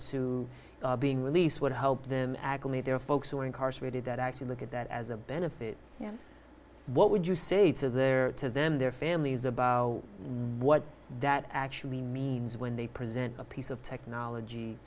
to being released would help them acclimate their folks who are incarcerated that actually look at that as a benefit what would you say to their to them their families about what that actually means when they present a piece of technology